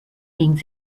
ging